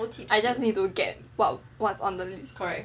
I just need to get what is on the list